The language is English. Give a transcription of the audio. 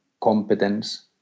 competence